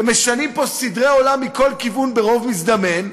אתם משנים פה סדרי עולם מכל כיוון ברוב מזדמן,